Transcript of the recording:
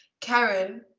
Karen